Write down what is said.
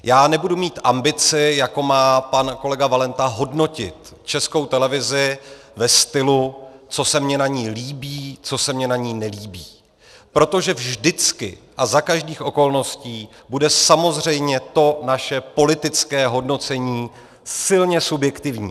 Já nebudu mít ambici, jako má pan kolega Valenta, hodnotit Českou televizi ve stylu, co se mně na ní líbí, co se mně na ní nelíbí, protože vždycky a za každých okolností bude samozřejmě to naše politické hodnocení silně subjektivní.